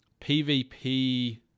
PvP